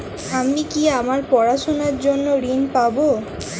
আমি কি আমার পড়াশোনার জন্য ঋণ পাব?